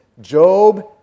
Job